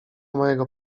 mojego